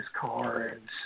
cards